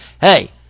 hey